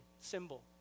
symbol